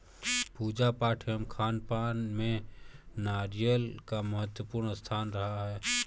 पूजा पाठ एवं खानपान में नारियल का महत्वपूर्ण स्थान रहा है